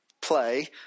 play